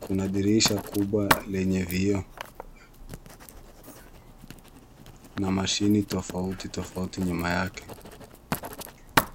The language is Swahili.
Kuna dirisha kubwa lenye vioo na mashini tofauti tofauti nyuma yake.